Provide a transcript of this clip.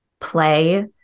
play